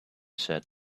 said